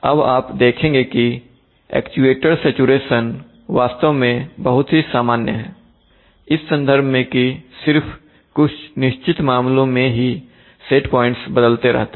अब आप देखेंगे कि एक्चुएटर सैचुरेशन वास्तव में बहुत ही सामान्य है इस संदर्भ मैं की सिर्फ कुछ निश्चित मामलों में ही सेट पॉइंट्स बदलते रहता है